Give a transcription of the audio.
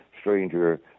Stranger